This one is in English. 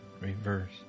reverse